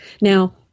Now